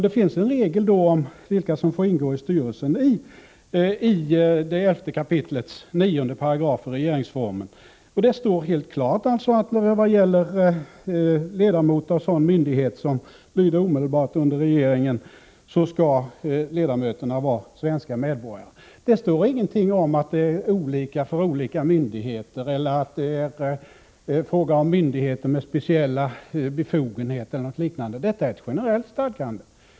Det finns i 11 kap. 9 § regeringsformen en regel om vilka som får ingå i myndigheters styrelser. Där står helt klart att styrelseledamöterna i sådan myndighet som lyder omedelbart under regeringen skall vara svenska medborgare. Det sägs ingenting om att det är olika för olika myndigheter, att det är fråga om myndigheter med speciella befogenheter eller något liknande. Det är ett generellt stadgande.